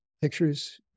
pictures